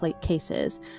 cases